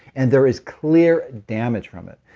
and there is clear damage from it,